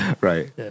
Right